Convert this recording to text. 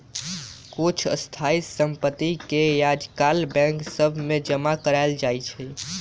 कुछ स्थाइ सम्पति के याजकाल बैंक सभ में जमा करायल जाइ छइ